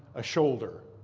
a shoulder.